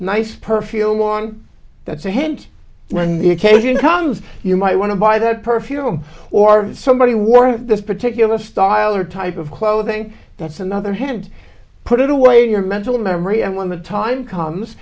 nice per feel one that's a hint when the occasion comes you might want to buy that perfume or somebody wore this particular style or type of clothing that's another hand put it away your mental memory and when the time comes